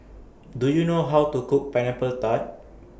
Do YOU know How to Cook Pineapple Tart